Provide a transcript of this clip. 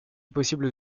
possible